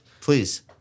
please